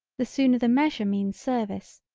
the sooner the measure means service,